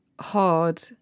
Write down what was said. hard